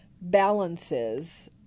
balances